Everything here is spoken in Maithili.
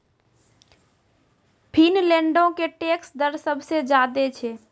फिनलैंडो के टैक्स दर सभ से ज्यादे छै